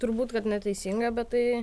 turbūt kad neteisinga bet tai